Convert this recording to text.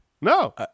No